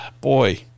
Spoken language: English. boy